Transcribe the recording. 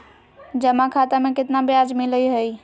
जमा खाता में केतना ब्याज मिलई हई?